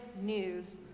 news